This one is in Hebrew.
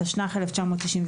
התשנ"ח-1998".